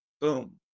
boom